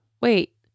wait